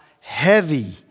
heavy